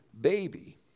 baby